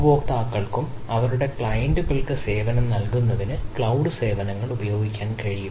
ഉപയോക്താക്കൾക്കും അവരുടെ ക്ലയന്റുകൾക്ക് സേവനം നൽകുന്നതിന് ക്ലൌഡ് സേവനങ്ങൾ ഉപയോഗിക്കാനും കഴിയും